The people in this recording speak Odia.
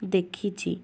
ଦେଖିଛି